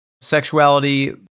sexuality